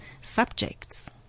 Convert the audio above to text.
subjects